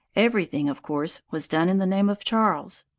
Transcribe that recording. every thing, of course, was done in the name of charles.